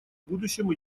будущем